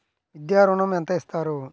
విద్యా ఋణం ఎంత ఇస్తారు?